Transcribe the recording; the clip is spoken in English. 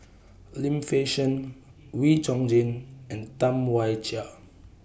Lim Fei Shen Wee Chong Jin and Tam Wai Jia